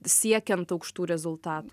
siekiant aukštų rezultatų